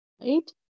right